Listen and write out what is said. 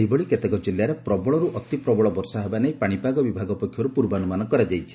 ସେହିଭଳି କେତେକ ଜିଲ୍ଲାରେ ପ୍ରବଳରୁ ଅତି ପ୍ରବଳ ବର୍ଷା ହେବା ନେଇ ପାଶିପାଗ ବିଭାଗ ପକ୍ଷରୁ ପୂର୍ବାନୁମାନ କରାଯାଇଛି